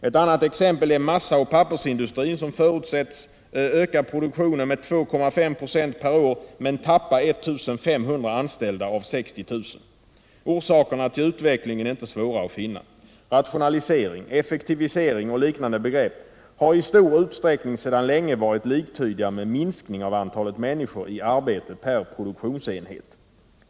Ett annat exempel är massa och pappersindustrin som förutsätts öka produktionen med 2,5 24 per år men tappa 1500 anställda av 60 000. Orsakerna till Finansdebatt in Finansdebatt utvecklingen är inte svåra att finna. Rationalisering, effektivisering och liknande begrepp har i stor utsträckning sedan länge varit liktydiga med minskning av antalet människor i arbete per produktionsenhet.